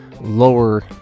lower